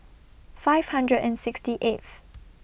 five hundred and sixty eighth